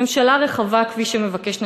ממשלה רחבה כפי שמבקש נתניהו,